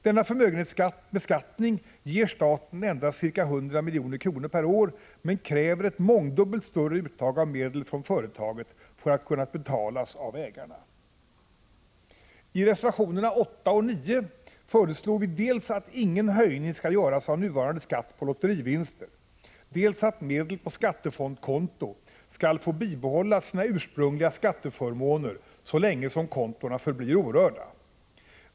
Denna förmögenhetsbeskattning ger staten endast ca 100 milj.kr. per år men kräver ett mångdubbelt större uttag av medel från företagen för att kunna betalas av ägarna. I reservationerna 8 och 9 föreslår vi dels att ingen höjning skall göras av nuvarande skatt på lotterivinster, dels att medel på skattefondskonto skall behålla sina ursprungliga skatteförmåner så länge som kontona förblir orörda.